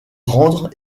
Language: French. rendre